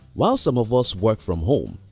while some of us work from home,